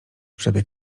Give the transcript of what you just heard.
przebieg